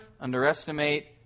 underestimate